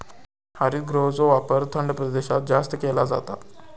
हरितगृहाचो वापर थंड प्रदेशात जास्त केलो जाता